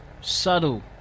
Subtle